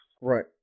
right